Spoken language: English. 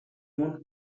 want